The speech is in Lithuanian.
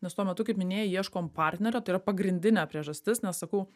nes tuo metu kaip minėjai ieškom partnerio tai yra pagrindinė priežastis nes sakau